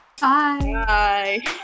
Bye